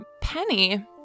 Penny